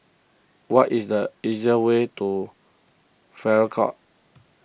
what is the easier way to Farrer Court